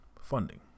funding